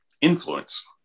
influence